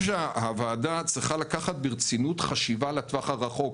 שהוועדה צריכה לקחת ברצינות חשיבה לטווח הרחוק,